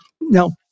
Now